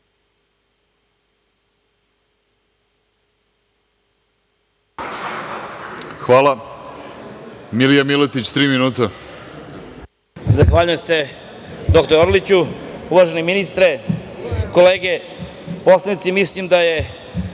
ima Milija Miletić, tri minuta.